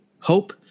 Hope